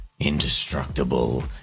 indestructible